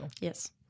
Yes